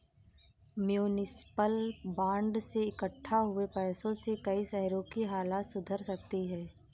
municipal bond से इक्कठा हुए पैसों से कई शहरों की हालत सुधर सकती है